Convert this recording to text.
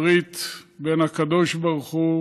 הברית בין הקדוש ברוך הוא